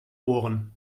ohren